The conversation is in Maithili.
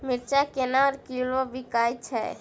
मिर्चा केना किलो बिकइ छैय?